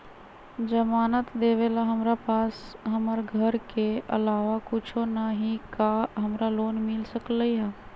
जमानत देवेला हमरा पास हमर घर के अलावा कुछो न ही का हमरा लोन मिल सकई ह?